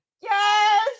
Yes